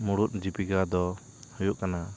ᱢᱩᱲᱩᱫ ᱡᱤᱵᱤᱠᱟ ᱫᱚ ᱦᱩᱭᱩᱜ ᱠᱟᱱᱟ